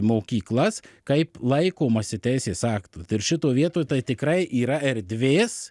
mokyklas kaip laikomasi teisės aktų tarp šitų vietų tai tikrai yra erdvės